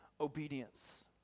obedience